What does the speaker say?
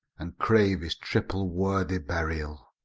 and crave his triple-worthy burial.